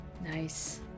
nice